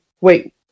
Wait